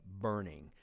burning